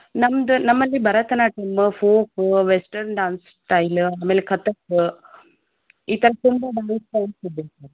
ನಮ್ಮದು ನಮ್ಮಲ್ಲಿ Bharatanatyam folk western dance style ಆಮೇಲೆ ಕಥಕ್ ಈ ಥರ ತುಂಬ ಬಗೆಯ ಸ್ಟೈಲ್ಸ್ ಇದೆ ಸರ್